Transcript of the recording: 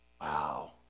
Wow